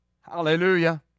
Hallelujah